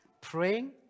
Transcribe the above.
Praying